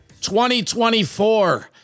2024